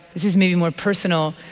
this is maybe more personal,